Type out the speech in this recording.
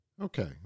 Okay